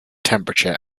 temperature